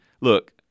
look